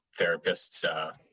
therapists